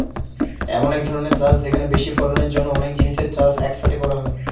এমন এক ধরনের চাষ যেখানে বেশি ফলনের জন্য অনেক জিনিসের চাষ এক সাথে করা হয়